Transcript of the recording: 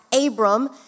Abram